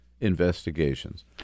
investigations